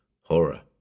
horror